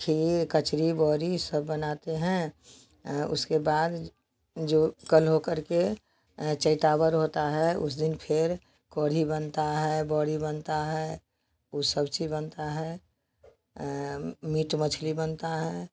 खीर कचरी बड़ी सब बनाते हैं उसके बाद जो कल हो करके चैतावर होता है उस दिन फिर कढ़ी बनती है बड़ी बनती है वह सब चीज़ बनती है मीट मछली बनती है